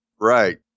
Right